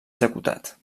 executat